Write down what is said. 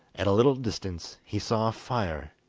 at a little distance he saw a fire,